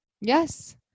Yes